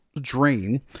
drain